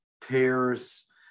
tears